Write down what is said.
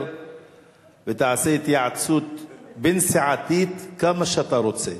ותעשה התייעצות בין-סיעתית כמה שאתה רוצה.